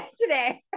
today